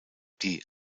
die